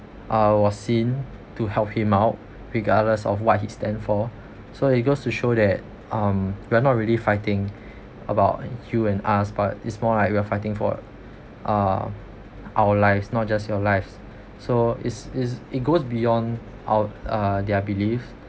uh was seen to help him out regardless of what he stand for so it goes to show that um we are not really fighting about you and us but it's more like we are fighting for uh our lives not just your life so is is it goes beyond out uh their belief